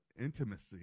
intimacy